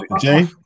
Jay